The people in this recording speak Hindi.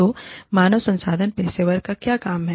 तो मानव संसाधन पेशेवर का काम क्या है